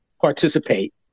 participate